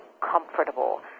comfortable